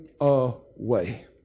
away